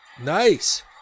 nice